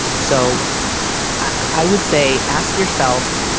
so i would say, ask yourself,